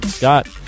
Scott